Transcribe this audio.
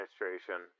administration